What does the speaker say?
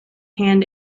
hand